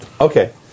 okay